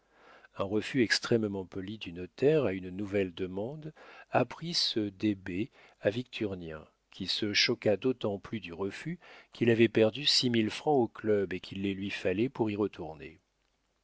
un refus extrêmement poli du notaire à une nouvelle demande apprit ce débet à victurnien qui se choqua d'autant plus du refus qu'il avait perdu six mille francs au club et qu'il les lui fallait pour y retourner